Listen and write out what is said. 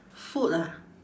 food ah